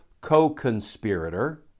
co-conspirator